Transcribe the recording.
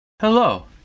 hello